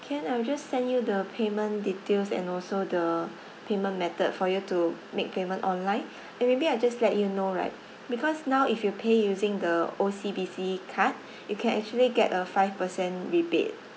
can I will just send you the payment details and also the payment method for you to make payment online and maybe I just let you know right because now if you pay using the O_C_B_C card you can actually get a five percent rebate